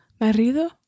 Marido